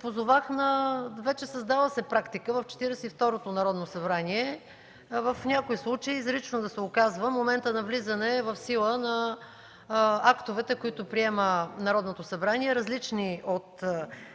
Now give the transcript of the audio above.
Позовах се на вече създала се практика в Четиридесет и второто Народно събрание – в някои случаи изрично да се указва момента на влизане в сила на актовете, които приема Народното събрание, различни от